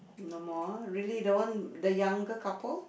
no more really the one the younger couple